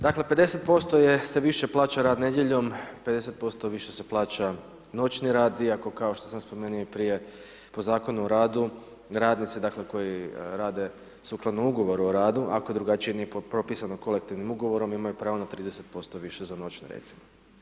Dakle, 50% se više plaća rad nedjeljom, 50% više se plaća noćni rad, iako kao što sam spomenuo i prije po Zakonu o radu, radnici, dakle koji rade sukladno Ugovoru o radu, ako drugačije nije propisano kolektivnim ugovorom, imaju pravo na 30% više za noćne, recimo.